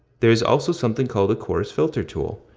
there is also something called a course filter tool.